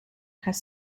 have